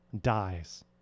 dies